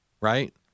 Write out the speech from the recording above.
right